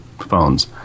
phones